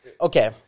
Okay